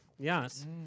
Yes